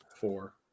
Four